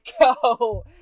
go